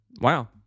wow